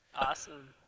awesome